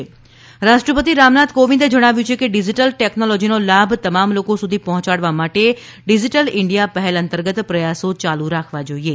રાષ્ટ્રપતિ કોવિંદ રાષ્ટ્રપતિ રામનાથ કોવિંદે જણાવ્યું છે કે ડીજીટલ ટેકનોલોજીનો લાભ તમામ લોકો સુધી પહોંચાડવા માટે ડીજીટલ ઇન્ડીયા પહેલ અંતર્ગત પ્રયાસો ચાલુ રાખવા જોઇએ